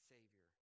Savior